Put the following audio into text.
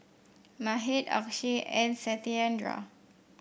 Mahade Akshay and Satyendra